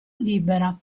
libera